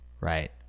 right